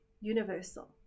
universal